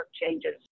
changes